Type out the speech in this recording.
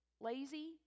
Lazy